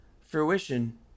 Fruition